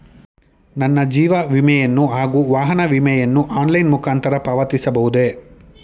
ನನ್ನ ಜೀವ ವಿಮೆಯನ್ನು ಹಾಗೂ ವಾಹನ ವಿಮೆಯನ್ನು ಆನ್ಲೈನ್ ಮುಖಾಂತರ ಪಾವತಿಸಬಹುದೇ?